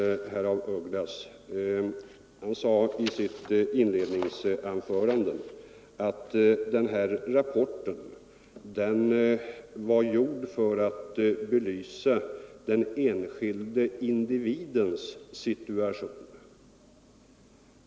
Herr af Ugglas sade i sitt första anförande att den moderata rapporten var gjord för att belysa den enskilde individens situation.